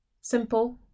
Simple